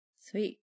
Sweet